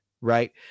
right